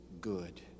good